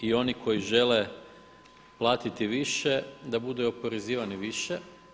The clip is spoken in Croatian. I oni koji žele platiti više da budu i oporezivani više.